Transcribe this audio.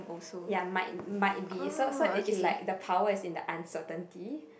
ya might might be so so it's like the power is in the uncertainty